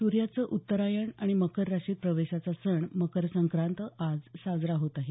सूर्याचं उत्तरायण आणि मकर राशीत प्रवेशाचा सण मकर संक्रांत आज साजरा होत आहे